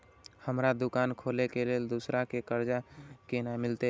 हमरा दुकान खोले के लेल दूसरा से कर्जा केना मिलते?